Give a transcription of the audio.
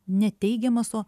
ne teigiamas o